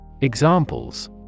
Examples